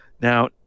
Now